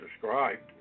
described